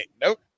nope